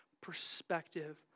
perspective